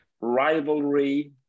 rivalry